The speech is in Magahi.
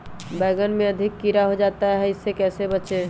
बैंगन में अधिक कीड़ा हो जाता हैं इससे कैसे बचे?